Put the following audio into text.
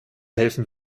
helfen